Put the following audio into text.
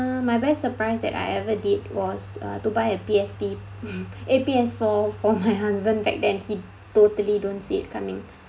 my very surprise that I ever did was uh to buy uh P_S_P uh P_S four for my husband back then he totally don't see it coming